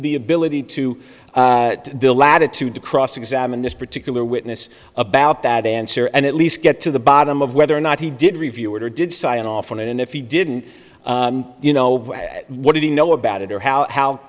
ability to the latitude to cross examine this particular witness about that answer and at least get to the bottom of whether or not he did review or did sign off on and if he didn't you know what did he know about it or how how